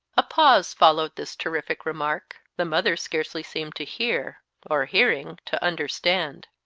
a pause followed this terrific remark. the mother scarcely seemed to hear, or hearing to understand.